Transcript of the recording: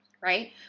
right